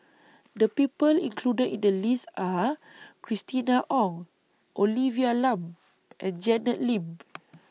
The People included in The list Are Christina Ong Olivia Lum and Janet Lim